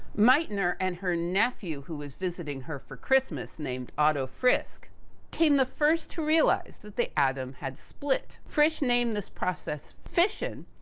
meitner and her nephew who was visiting her for christmas, named otto frisch, came the first to realize that the atom had split. frisch named this process fission,